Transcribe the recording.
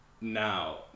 Now